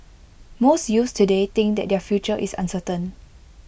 most youths today think that their future is uncertain